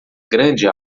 grande